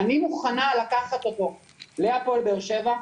אני מוכנה לקחת אותו להפועל באר שבע.